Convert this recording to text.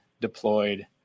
deployed